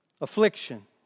Affliction